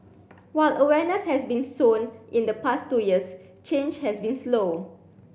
while awareness has been sown in the past two years change has been slow